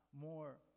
more